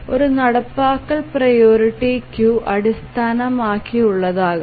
ഒരു നടപ്പാക്കൽ priority queue അടിസ്ഥാനമാക്കിയുള്ളതാകാം